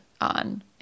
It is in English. on